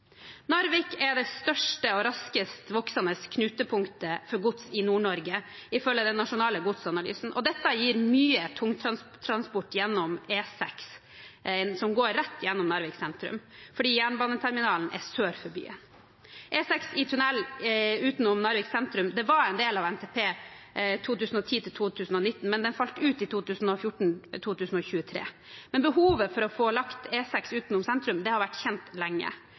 Narvik er det største og raskest voksende knutepunktet for gods i Nord-Norge, ifølge den nasjonale godsanalysen. Dette gir mye tungtransport på E6, som går rett gjennom Narvik sentrum, fordi jernbaneterminalen er sør for byen. E6 i tunnel utenom Narvik sentrum var en del av NTP 2010–2019, men den falt ut i 2014–2023. Behovet for å få lagt E6 utenom sentrum har vært kjent lenge.